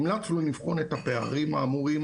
המלצנו לבחון את הפערים האמורים,